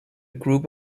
group